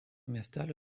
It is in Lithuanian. miestelio